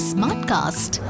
Smartcast